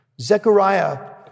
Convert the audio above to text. Zechariah